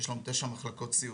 יש לנו תשע מחלקות סיעודיות,